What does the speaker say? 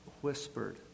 whispered